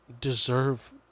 deserve